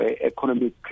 economic